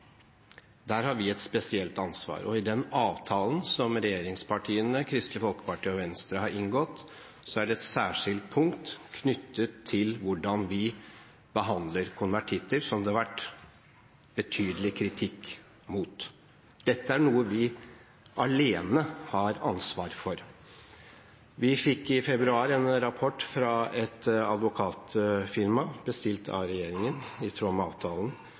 Der har vi et spesielt ansvar, og i den avtalen som regjeringspartiene, Kristelig Folkeparti og Venstre har inngått, er det et særskilt punkt knyttet til hvordan vi behandler konvertitter, som det har vært betydelig kritikk mot. Dette er noe vi alene har ansvar for. Vi fikk i februar en rapport fra et advokatfirma, bestilt av regjeringen i tråd med avtalen,